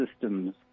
systems